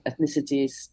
ethnicities